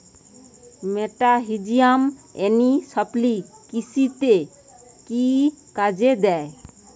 মেটাহিজিয়াম anisopliae কৃষিতে কি কাজে দেয়?